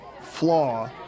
flaw